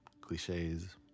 Cliches